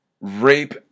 rape